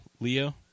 Leo